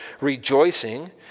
rejoicing